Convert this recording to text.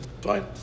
Fine